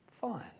Fine